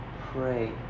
pray